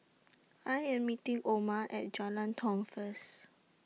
I Am meeting Oma At Jalan Tiong First